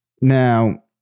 now